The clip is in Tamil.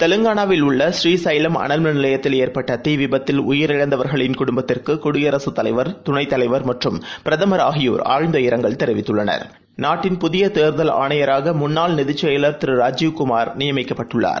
தெலுங்கானாவில் உள்ள புரீசைலம் அனல்மின் நிலையத்தில் ஏற்பட்டதீவிபத்தில் உயிரிழந்தவர்களின் குடும்பத்திற்குகுடியரசுத் தலைவர் துணைத் தலைவர் மற்றும் பிரதமர் ஆகியோர் ஆழ்நத இரங்கல் தெரிவித்துள்ளனர் நாட்டின் புதியதேர்தல் ஆணையராகமுன்னாள் நிதிசெயலர் திருராஜீவ் குமார் நியமிக்கப்பட்டுள்ளார்